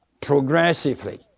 progressively